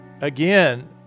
again